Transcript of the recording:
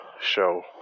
show